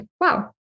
Wow